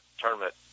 tournament